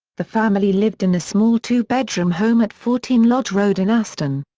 the family lived in a small two-bedroom home at fourteen lodge road in aston.